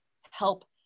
help